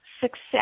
success